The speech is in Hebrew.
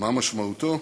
מה משמעותו.